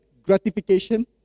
gratification